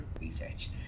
research